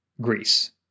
Greece